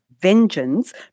vengeance